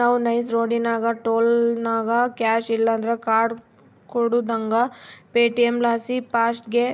ನಾವು ನೈಸ್ ರೋಡಿನಾಗ ಟೋಲ್ನಾಗ ಕ್ಯಾಶ್ ಇಲ್ಲಂದ್ರ ಕಾರ್ಡ್ ಕೊಡುದಂಗ ಪೇಟಿಎಂ ಲಾಸಿ ಫಾಸ್ಟಾಗ್ಗೆ